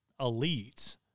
elites